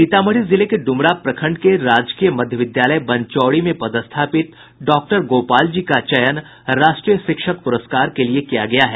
सीतामढ़ी जिले के डुमरा प्रखंड के राजकीय मध्य विद्यालय बनचौड़ी में पदस्थापित डॉक्टर गोपाल जी का चयन राष्ट्रीय शिक्षक पुरस्कार के लिए किया गया है